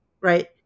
right